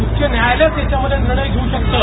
उच्च न्यायालयचं याच्यामध्य निर्णय घेव् शकतं